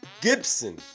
Gibson